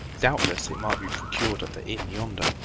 doubtless it might be procured at the inn yonder,